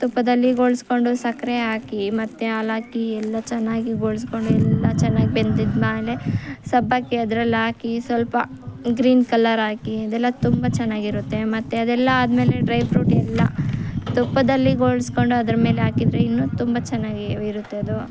ತುಪ್ಪದಲ್ಲಿ ಗೋಳಿಸ್ಕೊಂಡು ಸಕ್ರೆ ಹಾಕಿ ಮತ್ತೆ ಹಾಲು ಹಾಕಿ ಎಲ್ಲ ಚೆನ್ನಾಗಿ ಗೋಳಿಸ್ಕೊಂಡು ಎಲ್ಲ ಚೆನ್ನಾಗಿ ಬೆಂದ ಮೇಲೆ ಸಬ್ಬಕ್ಕಿ ಅದ್ರಲ್ಲಿ ಹಾಕಿ ಸ್ವಲ್ಪ ಗ್ರೀನ್ ಕಲರ್ ಹಾಕಿ ಅದೆಲ್ಲ ತುಂಬ ಚೆನ್ನಾಗಿರುತ್ತೆ ಮತ್ತೆ ಅದೆಲ್ಲ ಆದಮೇಲೆ ಡ್ರೈ ಫ್ರೂಟ್ ಎಲ್ಲ ತುಪ್ಪದಲ್ಲಿ ಗೋಳಿಸ್ಕೊಂಡು ಅದರ ಮೇಲೆ ಹಾಕಿದ್ರೆ ಇನ್ನೂ ತುಂಬ ಚೆನ್ನಾಗಿ ಇರುತ್ತೆ ಅದು